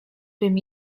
bym